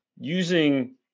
using